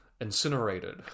incinerated